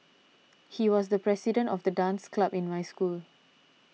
he was the president of the dance club in my school